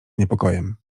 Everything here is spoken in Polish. niepokojem